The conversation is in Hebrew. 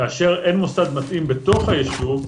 כאשר אין מוסד מתאים בתוך היישוב,